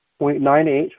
0.98